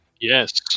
Yes